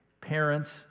parents